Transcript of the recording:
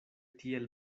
tiel